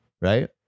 Right